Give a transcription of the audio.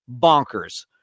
bonkers